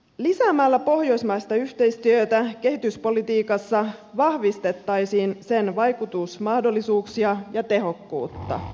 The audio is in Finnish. lisäämällä pohjoismaista yhteistyötä kehityspolitiikassa vahvistettaisiin sen vaikutusmahdollisuuksia ja tehokkuutta